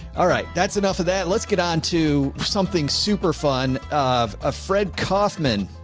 all right. that's enough of that. let's get on to something super fun of a fred kaufman.